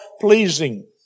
pleasing